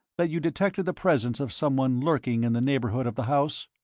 that you detected the presence of someone lurking in the neighbourhood of the house?